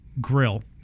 grill